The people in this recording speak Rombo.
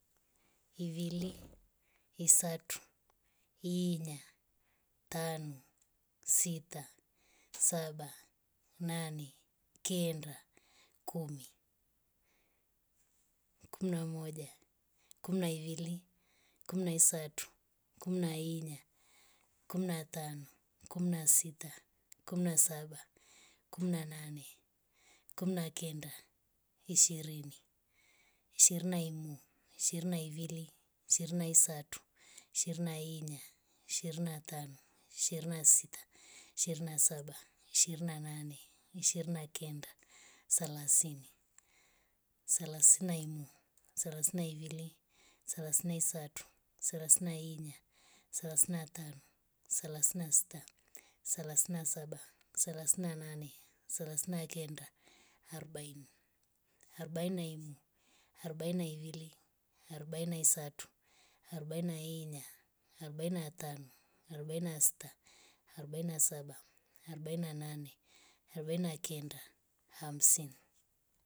Ivili. isatu. inya. tanu. sita. saba. nane. kendaa. kumi. kumi na moja. kumi na ivili. kumi na isatu. kumi na inya. kumi na tano. kumi na sita. kumi na saba. kumi na nane. kumi na kenda. ishirini. ishirini na imu. ishirini na ivili. ishirinina isatu. ishirini na inyaa. ishirini na tano. ishirini na saba. ishirini na nane. ishirini na kenda. selasini. selasini na imu. selasini na ivili. selasini na isatu. selasini na inya. selasini na tano. selasini na saba. selasini na nane. selasini na kenda. arobaini. arobini na imu. arobaini na ivili. arobaini na isatu. arobaini na inya. arobaini na tano. arobaini na sita. arobaini na saba. arobaini na nane. arobaini na kenda. hamsini.